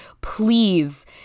please